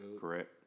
Correct